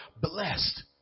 blessed